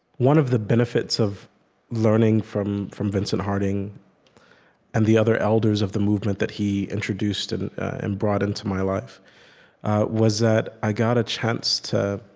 one of the benefits of learning from from vincent harding and the other elders of the movement that he introduced and and brought into my life was that i got a chance to